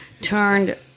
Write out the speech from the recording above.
turned